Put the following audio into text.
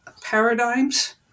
paradigms